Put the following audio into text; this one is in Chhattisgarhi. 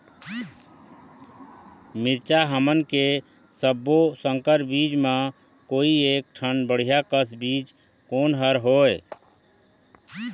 मिरचा हमन के सब्बो संकर बीज म कोई एक ठन बढ़िया कस बीज कोन हर होए?